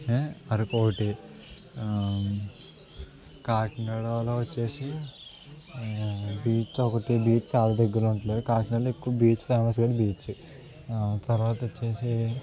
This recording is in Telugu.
అరకు ఒకటి కాకినాడలో వచ్చి బీచ్ ఒకటి బీచ్ చాలా దగ్గర ఉంటుంది కాకినాడలో ఎక్కువ బీచ్ ఫేమస్ కాబట్టి బీచ్ తర్వాత వచ్చి